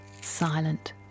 silent